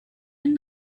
and